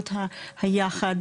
באמצעות היחד,